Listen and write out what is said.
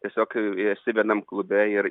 tiesiog esi vienam klube ir